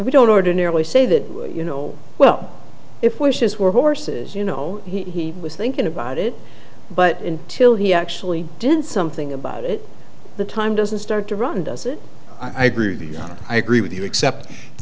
we don't ordinarily say that you know well if wishes were horses you know he was thinking about it but until he actually did something about it the time doesn't start to run does it i grew beyond i agree with you except the